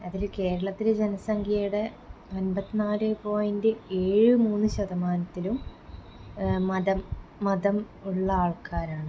അതിൽ കേരളത്തിലെ ജനസംഖ്യയുടെ അമ്പത്തിനാലെ പോയിന്റ് ഏഴ് മൂന്ന് ശതമാനത്തിലും മതം മതം ഉള്ള ആള്ക്കാരാണ്